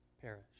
perish